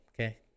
okay